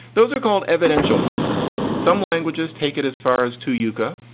those are called evidential markers. some languages take it as far as to yuga,